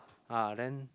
ah then